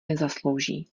nezaslouží